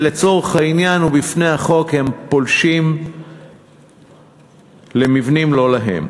ולצורך העניין ובפני החוק הם פולשים למבנים לא להם,